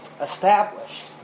established